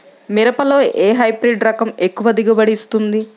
మిరపలో ఏ హైబ్రిడ్ రకం ఎక్కువ దిగుబడిని ఇస్తుంది?